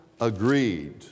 agreed